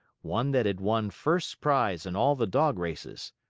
one that had won first prize in all the dog races.